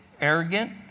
arrogant